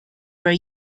were